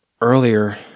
earlier